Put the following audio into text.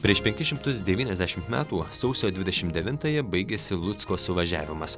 prieš penkis šimtus devyniasdešimt metų sausio dvidešimt devintąją baigėsi lucko suvažiavimas